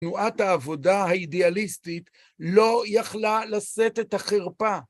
תנועת העבודה האידיאליסטית לא יכלה לשאת את החרפה.